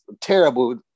terrible